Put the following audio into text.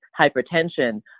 hypertension